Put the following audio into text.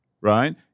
right